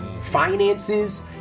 Finances